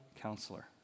Counselor